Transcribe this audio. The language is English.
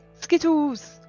Skittles